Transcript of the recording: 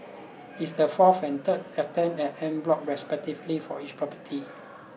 it's the fourth and third attempt at en bloc respectively for each property